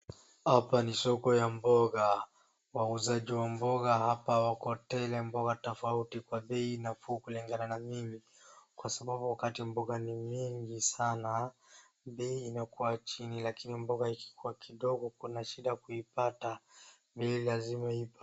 Hapa ni soko ya mboga. Wauzaji wa mboga hapa wako tele, mboga tofauti kwa bei nafuu kulingana na mimi. Kwa sababu wakati mboga ni nyingi sana, bei inakuwa chini, lakini mboga ikiwa kidogo kunashida kuipata, bei lazima ipa..